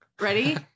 Ready